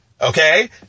Okay